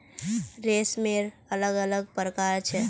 रेशमेर अलग अलग प्रकार छ